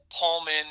Pullman